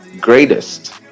greatest